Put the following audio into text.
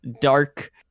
dark